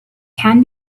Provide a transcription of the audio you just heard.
can